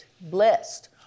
blessed